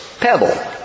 pebble